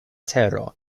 tero